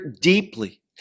deeply